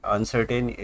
Uncertain